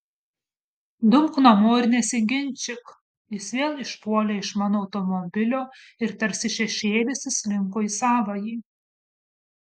dumk namo ir nesiginčyk jis vėl išpuolė iš mano automobilio ir tarsi šešėlis įslinko į savąjį